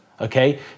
okay